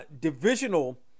divisional